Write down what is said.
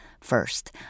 First